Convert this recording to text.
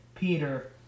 Peter